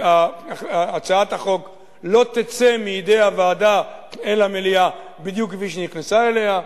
הצעת החוק לא תצא מידי הוועדה אל המליאה בדיוק כפי שנכנסה אליה.